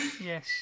Yes